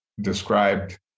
described